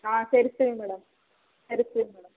ಹಾಂ ಸರಿ ಸರಿ ಮೇಡಮ್ ಸರಿ ಸರಿ ಮೇಡ